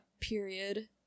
period